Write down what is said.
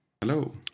Hello